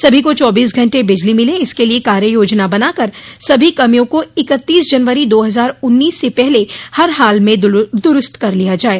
सभी का चौबीस घंटे बिजली मिले इसके लिये कार्य योजना बनाकर सभी कमियों को इकतीस जनवरी दो हजार उन्नीस से पहले हर हाल में दुरूस्त कर लिया जाये